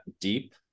Deep